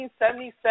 1977